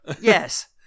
Yes